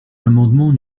l’amendement